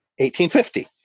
1850